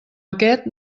aquest